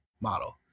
model